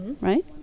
Right